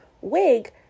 wig